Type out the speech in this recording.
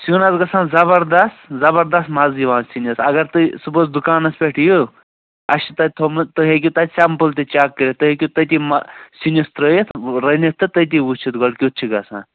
سیُن حظ گژھان زَبَردَس زَبَردَس مَزٕ یِوان سِنِس اگر تُہۍ صُبحَس دُکانَس پٮ۪ٹھ یِیِو اَسہِ چھُ تَتہِ تھوٚمُت تُہۍ ہیٚکِو تَتہِ سیمپُل تہِ چیٚک کٔرِتھ تُہۍ ہیٚکِو تٔتی مہٕ سِنِس ترٛٲوِتھ رٔنِتھ تہٕ تٔتی وُچھِتھ گۄڈٕ کیُت چھُ گژھان